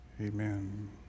amen